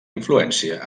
influència